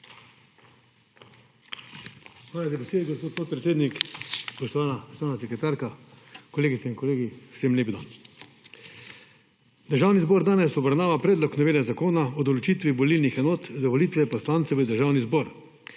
besedo, gospod podpredsednik. Spoštovana sekretarka, kolegice in kolegi vsem lep dan! Državni zbor danes obravnava Predlog novele Zakona o določitvi volilnih enot za volitve poslancev v Državni zbor,